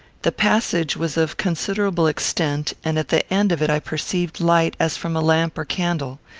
the passage was of considerable extent, and at the end of it i perceived light as from a lamp or candle.